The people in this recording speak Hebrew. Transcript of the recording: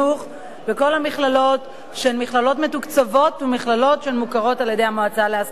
וכל המכללות שהן מכללות מתוקצבות ומוכרות על-ידי המועצה להשכלה גבוהה.